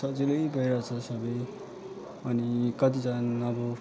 सजिलै भइरहेछ सबै अनि कतिजना अब